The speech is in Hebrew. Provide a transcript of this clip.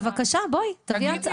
בבקשה בואי תגדירי.